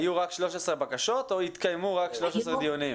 היו רק 13 בקשות או התקיימו רק 13 דיונים?